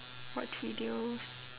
watch videos